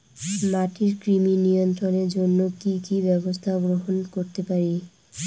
মাটির কৃমি নিয়ন্ত্রণের জন্য কি কি ব্যবস্থা গ্রহণ করতে পারি?